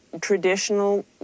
traditional